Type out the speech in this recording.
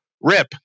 RIP